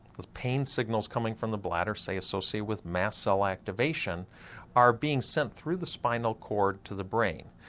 the pain signals coming from the bladder say associated with mast cell activation are being sent through the spinal cord to the brain.